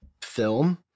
film